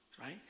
right